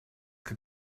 que